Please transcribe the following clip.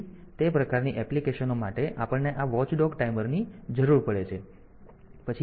તેથી તે પ્રકારની એપ્લિકેશનો માટે આપણને આ વોચડોગ ટાઈમરની જરૂર પડે છે